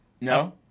No